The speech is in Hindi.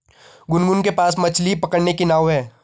गुनगुन के पास मछ्ली पकड़ने की नाव है